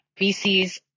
VCs